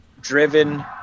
driven